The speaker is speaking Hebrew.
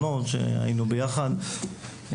תודה רבה.